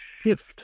shift